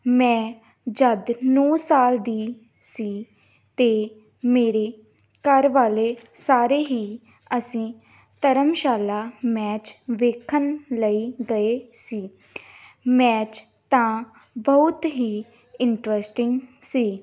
ਮੈਂ ਜਦ ਨੌ ਸਾਲ ਦੀ ਸੀ ਅਤੇ ਮੇਰੇ ਘਰ ਵਾਲੇ ਸਾਰੇ ਹੀ ਅਸੀਂ ਧਰਮਸ਼ਾਲਾ ਮੈਚ ਵੇਖਣ ਲਈ ਗਏ ਸੀ ਮੈਚ ਤਾਂ ਬਹੁਤ ਹੀ ਇੰਟਰਸਟਿੰਗ ਸੀ